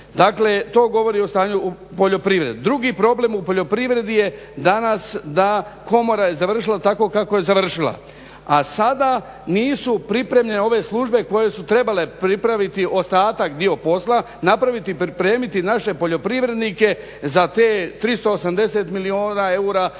Dakle, to govori o stanju u poljoprivredi. Drugi problem u poljoprivredi je danas da komora je završila tako kako je završila, a sada nisu pripremljene ove službe koje su trebale pripraviti ostatak, dio posla, napraviti, pripremiti naše poljoprivrednike za te 380 milijuna eura, 330 milijuna